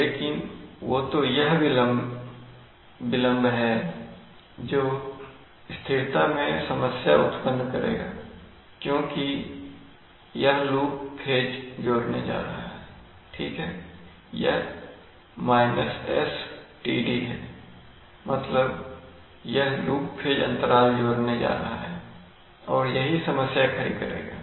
लेकिन वो तो यह विलंब है जो स्थिरता में समस्या उत्पन्न करेगा क्योंकि यह लूप फेज जोड़ने जा रहा है ठीक है यह sTd है मतलब यह लूप फेज अंतराल जोड़ने जा रहा है और यही समस्या खड़ी करेगा